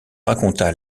raconta